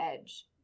Edge